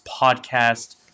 podcast